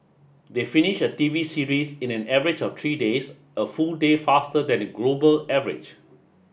they finish a T V series in an average of three days a full day faster than the global average